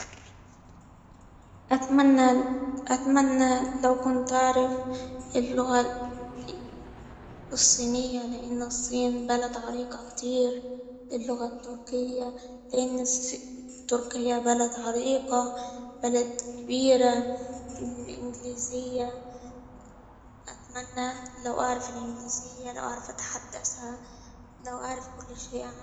أتمنى أتمنى لو كنت أعرف اللغة الصينية ، لأن الصين بلد عريقة كتير، اللغة التركية تركيا بلد عريقة بلد كبيرة الإنجليزية أتمنى لو أعرف الإنجليزية لو أعرف أتحدثها لو أعرف كل شيء عنها.